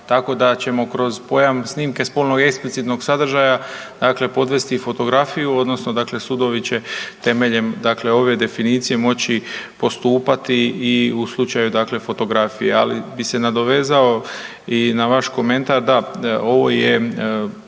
tako da ćemo kroz pojam snimke spolno eksplicitnog sadržaja, dakle podvesti i fotografiju, odnosno dakle sudovi će temeljem dakle ove definicije moći postupati i u slučaju dakle, fotografije, ali bi se nadovezao i na vaš komentar, da, ovo je